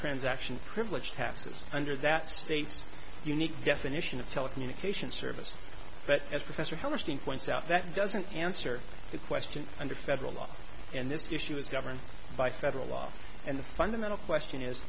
transaction privilege passes under that state's unique definition of telecommunications service but as professor hellerstein points out that doesn't answer the question under federal law and this issue is governed by federal law and the fundamental question is